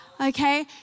okay